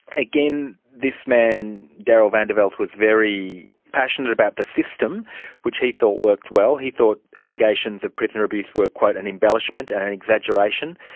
again, this man, darrel vandeveld was very passionate about the system which he thought worked well he thought allegations of prisoner abuse were an embellishment and an exaggeration,